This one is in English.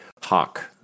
hawk